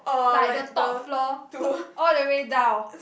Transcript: like the top floor the all the way down